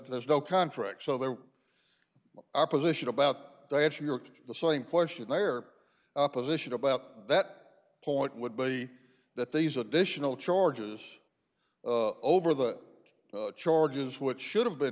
there is no contract so there are position about the same question their opposition about that point would be that these additional charges over that charges which should have been